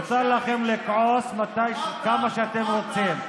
מותר לכם לכעוס כמה שאתם רוצים,